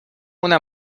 una